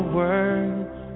words